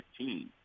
15